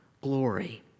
glory